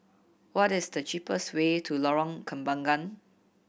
what is the cheapest way to Lorong Kembangan